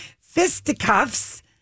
fisticuffs